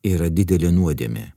yra didelė nuodėmė